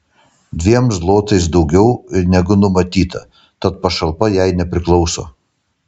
dviem zlotais daugiau negu numatyta tad pašalpa jai nepriklauso